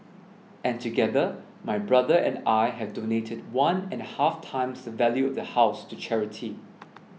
and together my brother and I have donated one and a half times the value of the house to charity